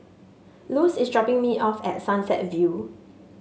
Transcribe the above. Luz is dropping me off at Sunset View